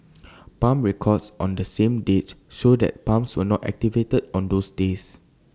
pump records on the same dates show that the pumps were not activated on those days